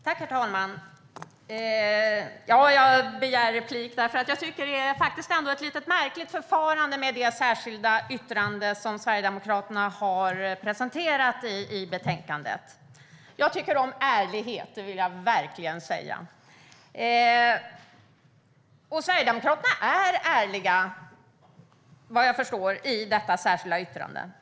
Herr talman! Jag begär replik därför att jag tycker att det är ett lite märkligt förfarande med det särskilda yttrande som Sverigedemokraterna har presenterat i betänkandet. Jag tycker om ärlighet. Det vill jag verkligen säga. Vad jag förstår är Sverigedemokraterna ärliga i detta särskilda yttrande.